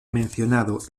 mencionado